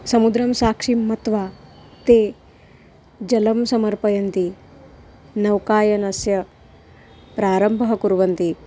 समुद्रं साक्षिं मत्वा ते जलं समर्पयन्ति नौकायनस्य प्रारम्भः कुर्वन्ति